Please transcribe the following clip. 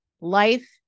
life